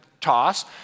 toss